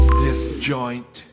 disjoint